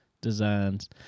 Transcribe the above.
designs